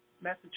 message